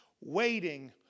waiting